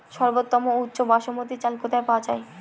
সর্বোওম উচ্চ বাসমতী চাল কোথায় পওয়া যাবে?